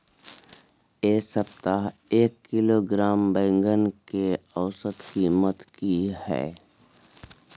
ऐ सप्ताह एक किलोग्राम बैंगन के औसत कीमत कि हय?